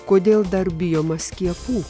kodėl dar bijoma skiepų